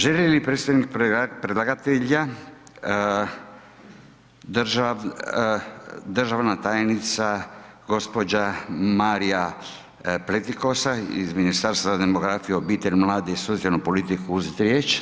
Želi li predstavnik predlagatelja državna tajnica gospođa Marija Pletikosa iz Ministarstva demografije, obitelj, mladih i socijalnu politiku uzeti riječ?